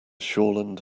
shoreland